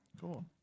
Cool